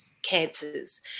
cancers